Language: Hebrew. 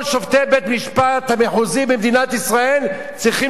כל שופטי בית-המשפט המחוזי במדינת ישראל צריכים